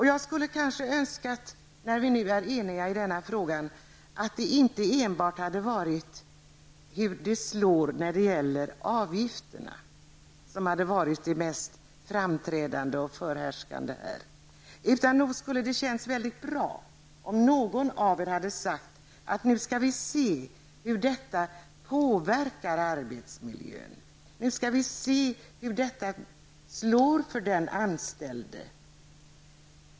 Jag skulle kanske önska att, när vi nu är eniga i denna fråga, det inte enbart var hur det slår när det gäller avgifterna som varit det mest framträdande och förhärskande här. Det skulle ha känts mycket bra om någon av er hade sagt att vi nu skall se hur detta påverkar arbetsmiljön och hur detta slår för den anställde.